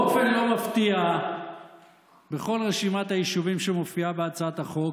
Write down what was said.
באופן לא מפתיע בכל רשימת היישובים שמופיעה בהצעת החוק